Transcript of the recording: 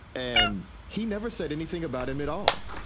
and he never said anything about him at all.